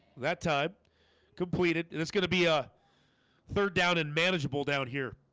that time completed and it's gonna be a third down and manageable down here.